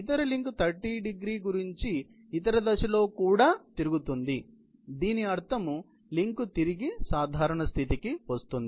ఇతర లింక్ 30º గురించి ఇతర దిశలో కూడా తిరుగుతుంది దీని అర్థం లింక్ తిరిగి సాధారణ స్థితికి వస్తుంది